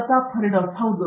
ಪ್ರತಾಪ್ ಹರಿಡೋಸ್ ಹೌದು